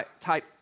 type